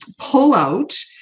pullout